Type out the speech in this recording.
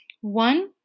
One